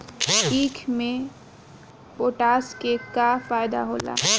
ईख मे पोटास के का फायदा होला?